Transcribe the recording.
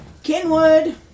Kenwood